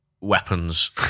Weapons